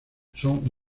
son